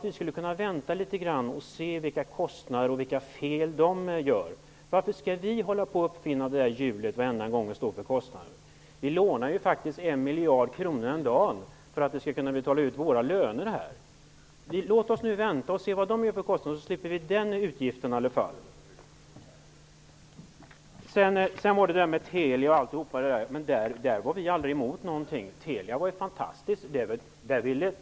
Vi skulle kunna vänta litet grand och se vilka kostnader de får och vilka fel de gör. Varför skall vi varje gång ''uppfinna hjulet'' och stå för kostnaderna? Vi lånar faktiskt 1 miljard kronor om dagen för att kunna betala ut våra löner här. Låt oss nu vänta och se vilka kostnader de andra får, så slipper vi i varje fall en ytterligare utgift! Vad gäller det som sades om Telia osv.: På den punkten var vi aldrig motståndare. Telia var fantastiskt.